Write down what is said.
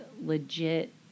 legit